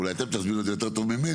אולי אתם תסבירו את זה יותר טוב ממני,